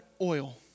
oil